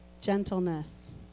gentleness